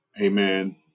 Amen